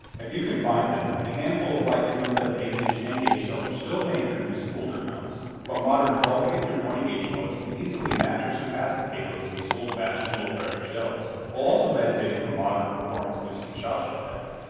if you can find them, a handful of light two seven eight ten ga shells are still made for use in older guns, but modern twelve ga or twenty ga loads can easily match or surpass the payloads in these old-fashioned, low-pressure shells while also benefitting from modern performance-boosting shotshell tech.